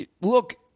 Look